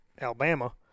Alabama